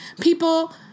people